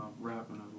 rapping